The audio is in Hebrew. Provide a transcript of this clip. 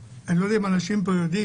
אני לא יודע אם אנשים פה יודעים,